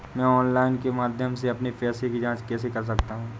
मैं ऑनलाइन के माध्यम से अपने पैसे की जाँच कैसे कर सकता हूँ?